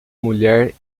mulher